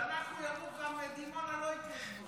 אז אנחנו לא התיישבות.